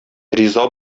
риза